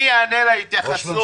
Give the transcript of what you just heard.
מי יתייחס?